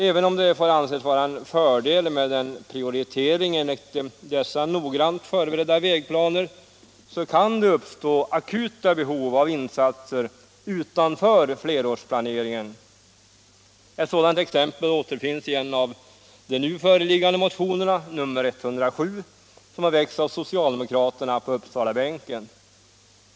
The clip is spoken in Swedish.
Även om det får anses vara en fördel med en prioritering enligt dessa noggrant förberedda vägplaner, kan det uppstå akuta behov av insatser utanför flerårsplaneringen. Ett sådant exempel återfinns i en av de nu föreliggande motionerna, nr 107, som har väckts av socialdemokraterna på Uppsalabänken.